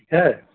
ठीक है